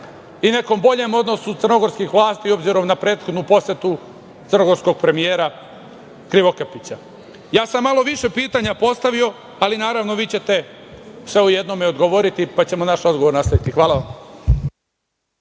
i nekom boljem odnosu crnogorskih vlasti, obzirom na prethodnu posetu crnogorskog premijera Krivokapića? Ja sam malo više pitanja postavio, ali naravno vi ćete sve u jednom odgovoriti, pa ćemo naš razgovor nastaviti. Hvala vam.